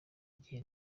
gihe